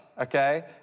okay